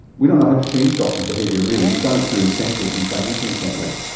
we don't know how to change doctors' behaviour really, you've done it through incentives and financial incentives,